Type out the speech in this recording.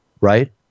Right